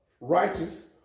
righteous